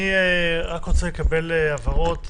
אני רק רוצה לקבל הבהרות.